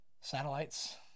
satellites